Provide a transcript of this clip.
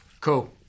Cool